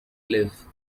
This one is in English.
live